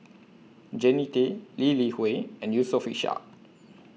Jannie Tay Lee Li Hui and Yusof Ishak